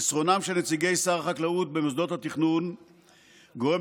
חסרונם של נציגי שר החקלאות במוסדות התכנון גורם